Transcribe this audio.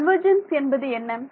convergence என்பது என்ன